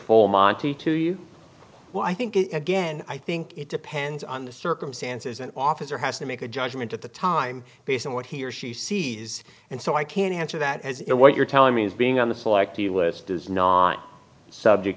full monty to you what i think again i think it depends on the circumstances an officer has to make a judgment at the time based on what he or she sees and so i can't answer that as what you're telling me is being on the selectee list is not subject